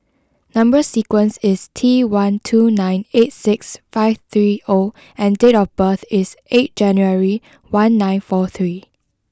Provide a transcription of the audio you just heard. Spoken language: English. number sequence is T one two nine eight six five three O and date of birth is eight January one nine four three